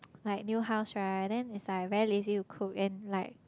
like new house right then it's like very lazy to cook and like